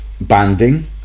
banding